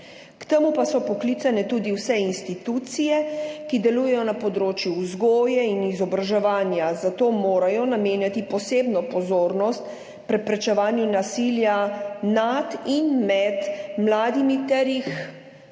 K temu pa so poklicane tudi vse institucije, ki delujejo na področju vzgoje in izobraževanja, zato morajo namenjati posebno pozornost preprečevanju nasilja nad in med mladimi ter jih